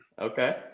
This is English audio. Okay